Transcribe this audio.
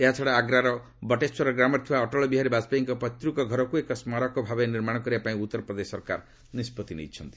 ଏହାଛଡ଼ା ଆଗ୍ରାର ବଟେଶ୍ୱର ଗ୍ରାମରେ ଥିବା ଅଟଳ ବିହାରୀ ବାଜପେୟୀଙ୍କ ପୈତୃକ ଘରକୁ ଏକ ସ୍ମାରକ ଭାବେ ନିର୍ମାଣ କରିବା ପାଇଁ ଉତ୍ତରପ୍ରଦେଶ ସରକାର ନିଷ୍ପତ୍ତି ନେଇଛନ୍ତି